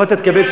אדוני,